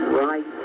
right